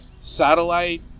satellite